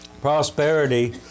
Prosperity